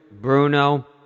bruno